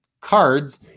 cards